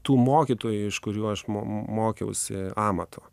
tų mokytojų iš kurių aš mokiausi amato